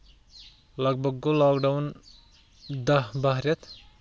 لگ بگ گوٚو لاک ڈاوُن دہ باہہ رٮ۪تھ